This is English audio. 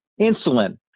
Insulin